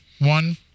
one